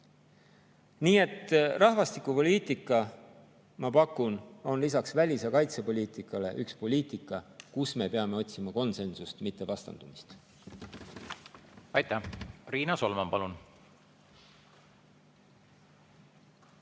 Nii et rahvastikupoliitika, ma pakun, on lisaks välis- ja kaitsepoliitikale üks poliitika, kus me peame otsima konsensust, mitte vastandumist. Aitäh! Riina Solman, palun!